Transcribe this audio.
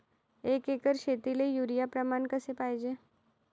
एक एकर शेतीले युरिया प्रमान कसे पाहिजे?